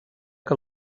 que